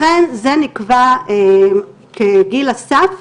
לכן זה נקבע כגיל הסף.